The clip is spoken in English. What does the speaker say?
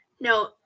no